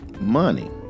money